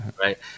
right